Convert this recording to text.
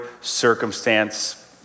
circumstance